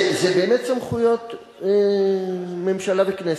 זה באמת סמכויות הממשלה והכנסת.